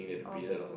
oh